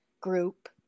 group